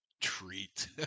treat